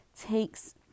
takes